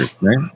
right